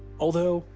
although,